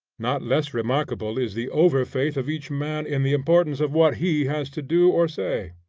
not less remarkable is the overfaith of each man in the importance of what he has to do or say.